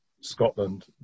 Scotland